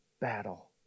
battle